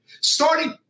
Starting